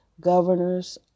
governors